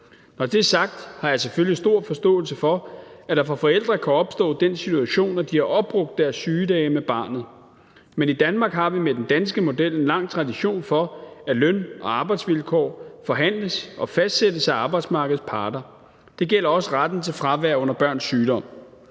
Når det er sagt, har jeg selvfølgelig stor forståelse for, at der for forældre kan opstå den situation, at de har opbrugt deres sygedage med barnet. Men i Danmark har vi med den danske model en lang tradition for, at løn- og arbejdsvilkår forhandles og fastsættes af arbejdsmarkedets parter, og det gælder også retten til fravær under børns sygdom.